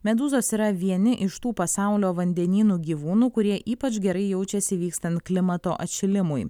medūzos yra vieni iš tų pasaulio vandenynų gyvūnų kurie ypač gerai jaučiasi vykstant klimato atšilimui